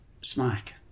smack